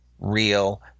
real